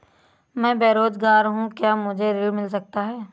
मैं बेरोजगार हूँ क्या मुझे ऋण मिल सकता है?